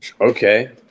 Okay